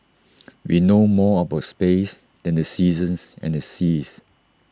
we know more about space than the seasons and the seas